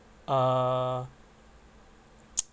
err